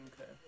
Okay